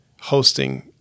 hosting